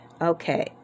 Okay